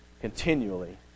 continually